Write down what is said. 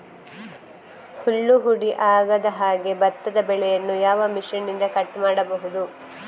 ಹುಲ್ಲು ಹುಡಿ ಆಗದಹಾಗೆ ಭತ್ತದ ಬೆಳೆಯನ್ನು ಯಾವ ಮಿಷನ್ನಿಂದ ಕಟ್ ಮಾಡಬಹುದು?